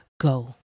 go